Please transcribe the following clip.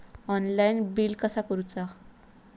Online bill कसा करुचा?